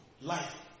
Life